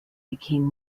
became